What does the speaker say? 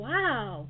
Wow